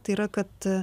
tai yra kad